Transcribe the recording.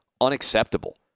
unacceptable